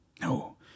No